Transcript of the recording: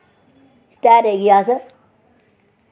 तेहारे गी अस